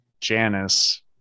Janice